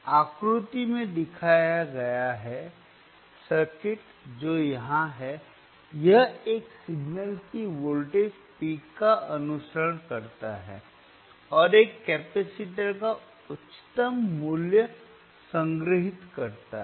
आकृति में दिखाया गया सर्किट जो यहां है यह एक सिग्नल की वोल्टेज पीक का अनुसरण करता है और एक कैपेसिटर पर उच्चतम मूल्य संग्रहीत करता है